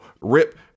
Rip